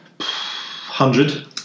Hundred